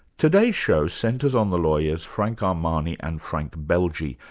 today's show centres on the lawyers frank armani and frank belge,